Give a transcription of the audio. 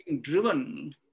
driven